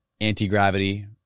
anti-gravity